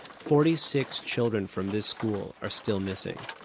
forty-six children from this school are still missing